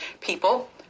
people